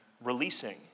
releasing